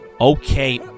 Okay